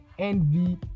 envy